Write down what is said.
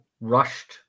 rushed